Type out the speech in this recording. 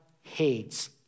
hates